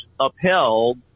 upheld